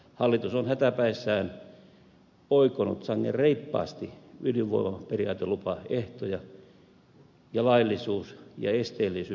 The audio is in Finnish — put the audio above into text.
hallitus on hätäpäissään oikonut sangen reippaasti ydinvoimaperiaatelupaehtoja ja laillisuus ja esteellisyysvaatimuksia